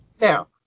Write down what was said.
Now